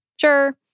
Sure